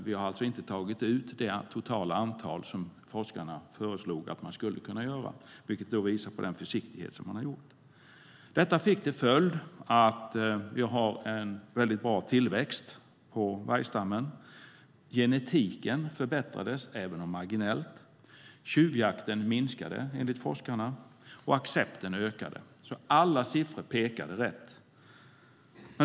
Vi tog inte heller ut det antal som forskarna föreslog, vilket visar på försiktighet. Det fick till följd att vi hade en bra tillväxt på vargstammen. Genetiken förbättrades, även om det var marginellt. Tjuvjakten minskade enligt forskarna, och accepten ökade. Alla siffror pekade rätt.